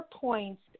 points